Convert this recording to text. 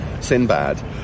Sinbad